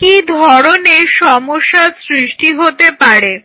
কি ধরনের সমস্যার সৃষ্টি হতে পারে